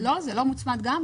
לא מוצמד?